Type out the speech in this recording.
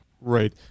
Right